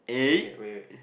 shit wait wait wait